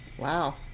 Wow